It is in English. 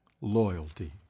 loyalty